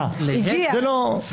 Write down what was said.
במיוחד.